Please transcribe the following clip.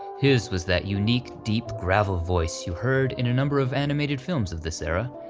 his was that unique deep gravel-voice you heard in a number of animated films of this era,